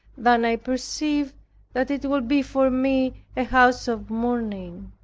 than i perceived that it would be for me a house of mourning.